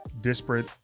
disparate